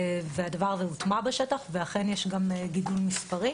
והדבר הוטמע בשטח, ואכן יש גם גידול מספרי.